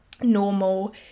normal